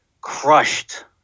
crushed